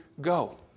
go